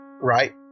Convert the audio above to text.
right